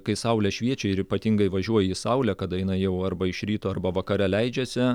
kai saulė šviečia ir ypatingai važiuoji į saulę kada jinai jau arba iš ryto arba vakare leidžiasi